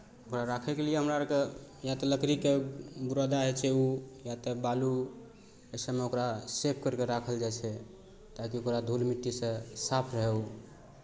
ओकरा राखयके लिए हमरा आरकेँ या तऽ लकड़ीके बुरादा होइ छै ओ या तऽ बालू एहि सभमे ओकरा सेव करि कऽ राखल जाइ छै ताकि ओकरा धूल मिट्टीसँ साफ रहय ओ